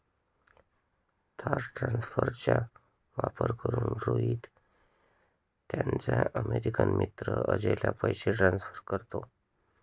तार ट्रान्सफरचा वापर करून, रोहित त्याचा अमेरिकन मित्र अजयला पैसे ट्रान्सफर करतो